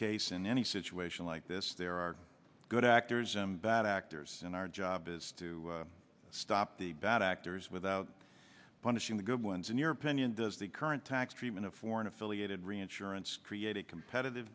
case in any situation like this there are good actors i'm bad actors in our job is to stop the bad actors without punishing the good ones in your opinion does the current tax treatment of foreign affiliated reinsurance create a competitive